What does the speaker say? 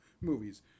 movies